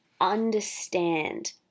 understand